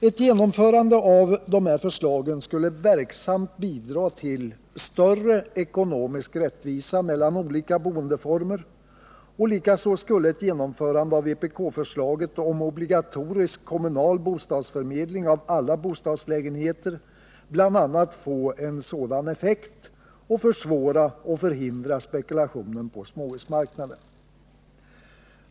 Ett genomförande av dessa förslag skulle verksamt bidra till större ekonomisk rättvisa mellan olika boendeformer. Likaså skulle ett genomförande av vpk-förslaget om obligatorisk kommunal bostadsförmedling av alla bostadslägenheter bl.a. få en sådan effekt samt försvåra och förhindra spekulationen på småhusmarknaden.